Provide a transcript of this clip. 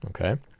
okay